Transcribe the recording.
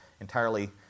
entirely